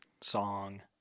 song